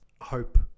hope